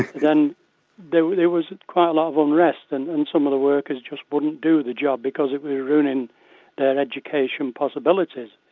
then there there was quite a lot of unrest and and some of the workers just wouldn't do the job because it was ruining their education possibilities.